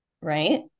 Right